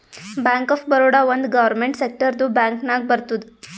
bank of Baroda ಒಂದ್ government ಸೆಕ್ಟರ್ದು bank ನಾಗ್ ಬರ್ತುದ್